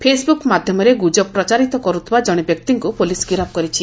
Facebook ମାଧ୍ୟମରେ ଗୁଜବ ପ୍ରଚାରିତ କରୁଥିବା ଜଣେ ବ୍ୟକ୍ତିଙ୍କୁ ପୁଲିସ୍ ଗିରଫ୍ କରିଛି